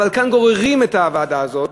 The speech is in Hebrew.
אבל כאן גוררים את הוועדה הזאת,